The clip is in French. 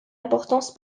importance